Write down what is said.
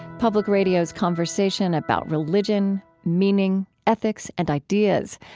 public radio's conversation about religion, meaning, ethics, and ideas.